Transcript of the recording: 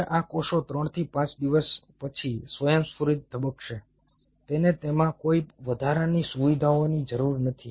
હવે આ કોષો 3 થી 5 દિવસ પછી સ્વયંસ્ફુરિત ધબકશે તેને તેમાં કોઈ વધારાની સુવિધાઓની જરૂર નથી